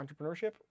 Entrepreneurship